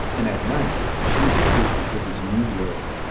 and at night, she escaped into this new world.